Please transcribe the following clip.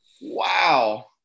wow